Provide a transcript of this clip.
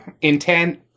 intent